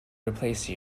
replace